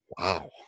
Wow